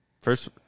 First